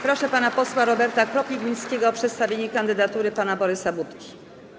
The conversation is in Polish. Proszę pana posła Roberta Kropiwnickiego o przedstawienie kandydatury pana Borysa Budki.